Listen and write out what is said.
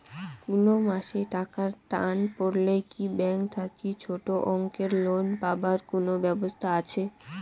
কুনো মাসে টাকার টান পড়লে কি ব্যাংক থাকি ছোটো অঙ্কের লোন পাবার কুনো ব্যাবস্থা আছে?